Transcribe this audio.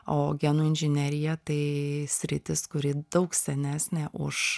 o genų inžinerija tai sritis kuri daug senesnė už